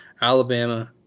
Alabama